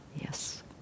Yes